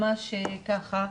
ממש ככה.